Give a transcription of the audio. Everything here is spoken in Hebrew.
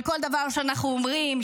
על כל דבר שאנחנו אומרים,